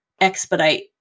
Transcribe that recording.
expedite